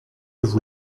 vous